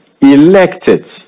elected